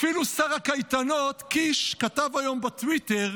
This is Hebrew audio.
אפילו שר הקייטנות, קיש, כתב היום בטוויטר: